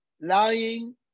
lying